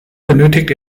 benötigt